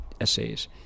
essays